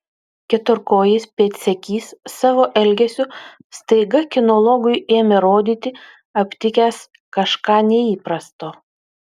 keturkojis pėdsekys savo elgesiu staiga kinologui ėmė rodyti aptikęs kažką neįprasto